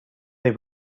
they